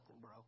bro